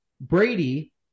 Brady